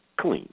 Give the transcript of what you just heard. clean